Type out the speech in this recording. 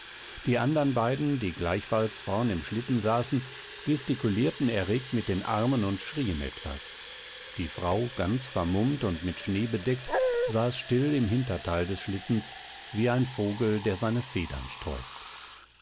die beiden andern die gleichfalls vorn im schlitten saßen gestikulierten erregt mit den armen und schrien etwas die frau ganz vermummt und mit schnee bedeckt saß still im hinterteil des schlittens wie ein vogel der seine federn sträubt